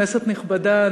כנסת נכבדה,